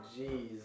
Jeez